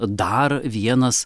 dar vienas